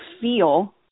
feel